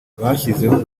bashyizeho